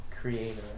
creator